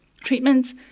treatments